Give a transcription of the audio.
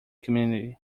community